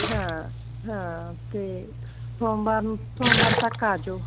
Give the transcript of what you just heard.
ਹਾਂ ਹਾਂ ਤੇ ਸੋਮਵਾਰ ਨੂੰ ਸੋਮਵਾਰ ਤੱਕ ਆਜਿਓ